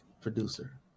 producer